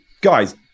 guys